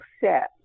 set